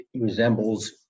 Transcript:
resembles